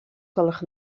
gwelwch